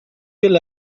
will